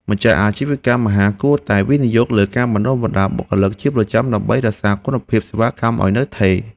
ម្ចាស់អាជីវកម្មអាហារគួរតែវិនិយោគលើការបណ្តុះបណ្តាលបុគ្គលិកជាប្រចាំ ដើម្បីរក្សាគុណភាពសេវាកម្មឱ្យនៅថេរ។